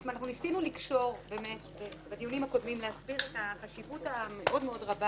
אנחנו ניסינו להסביר בדיונים הקודמים את החשיבות הרבה